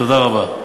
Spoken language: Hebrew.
תודה רבה.